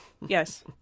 Yes